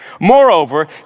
Moreover